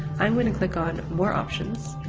i'm going to click on more options,